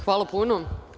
Hvala puno.